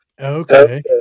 Okay